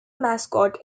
mascot